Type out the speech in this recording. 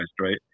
right